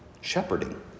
shepherding